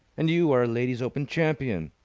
and you are a ladies' open champion.